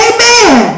Amen